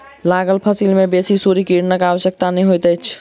लागल फसिल में बेसी सूर्य किरणक आवश्यकता नै होइत अछि